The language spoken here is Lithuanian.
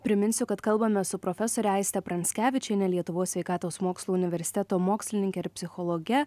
priminsiu kad kalbamės su profesore aiste pranckevičiene lietuvos sveikatos mokslų universiteto mokslininke ir psichologe